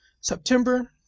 September